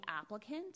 applicant